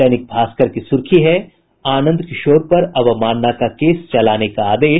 दैनिक भास्कर की सुर्खी है आनंद किशोर पर अवमानना का केस चलाने का आदेश